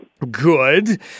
Good